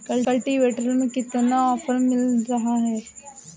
Cultivator में कितना offer मिल रहा है?